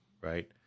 right